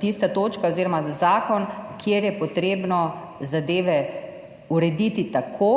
tista točka oziroma zakon, kjer je potrebno zadeve urediti tako